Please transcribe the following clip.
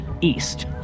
east